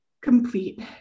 complete